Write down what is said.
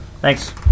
Thanks